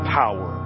power